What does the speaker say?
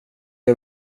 jag